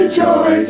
joy